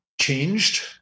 changed